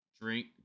drink